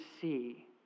see